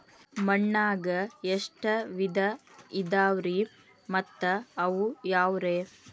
ಮಣ್ಣಾಗ ಎಷ್ಟ ವಿಧ ಇದಾವ್ರಿ ಮತ್ತ ಅವು ಯಾವ್ರೇ?